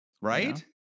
Right